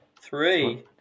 three